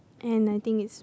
and I think is